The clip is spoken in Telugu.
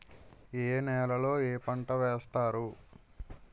ఏ నేలలో ఏ పంట వేస్తారు?